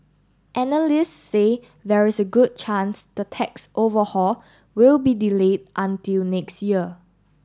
analysts say there is a good chance the tax overhaul will be delayed until next year